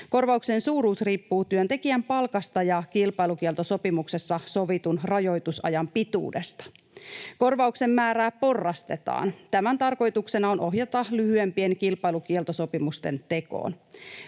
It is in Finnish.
Korvauksen suuruus riippuu työntekijän palkasta ja kilpailukieltosopimuksessa sovitun rajoitusajan pituudesta. Korvauksen määrää porrastetaan. Tämän tarkoituksena on ohjata lyhyempien kilpailukieltosopimusten tekoon.